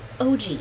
OG